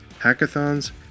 hackathons